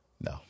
no